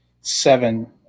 seven